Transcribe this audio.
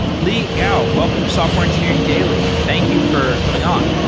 li gao, welcome to software engineering daily. thank you for coming on.